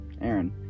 Aaron